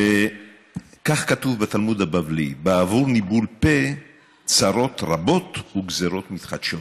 שכך כתוב בתלמוד הבבלי: בעבור ניבול פה צרות רבות וגזרות מתחדשות.